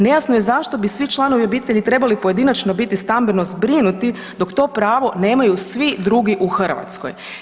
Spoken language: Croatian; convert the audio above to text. Nejasno je zašto bi svi članovi obitelji trebali pojedinačno biti stambeno zbrinuti dok to pravo nemaju svi drugi u Hrvatskoj.